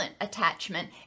attachment